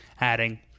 adding